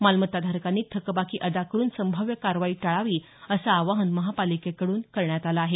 मालमत्ताधारकांनी थकबाकी अदा करून संभाव्य कारवाई टाळावी असं आवाहन महापालिकेकडून करण्यात आलं आहे